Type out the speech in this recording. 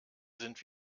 sind